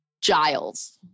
Giles